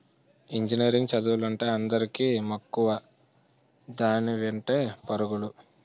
engineering చదువులంటే అందరికీ మక్కువ దాని వెంటే పరుగులు